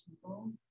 people